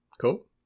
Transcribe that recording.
Cool